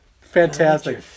Fantastic